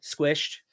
squished